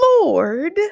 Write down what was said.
Lord